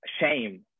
shame